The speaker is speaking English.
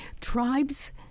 Tribes